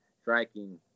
striking